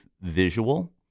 visual